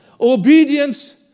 Obedience